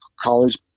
college